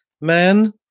man